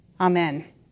Amen